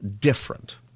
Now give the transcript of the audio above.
different